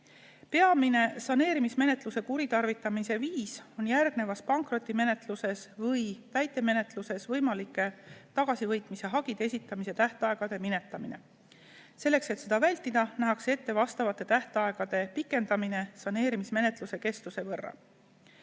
Peamine saneerimismenetluse kuritarvitamise viis on järgnevas pankrotimenetluses või täitemenetluses võimalike tagasivõitmise hagide esitamise tähtaegade minetamine. Selleks, et seda vältida, nähakse ette vastavate tähtaegade pikendamine saneerimismenetluse kestuse võrra.